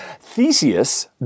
Theseus